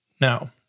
Now